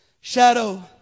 Shadow